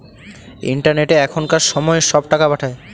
ইন্টারনেটে এখনকার সময় সব টাকা পাঠায়